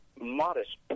modest